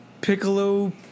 piccolo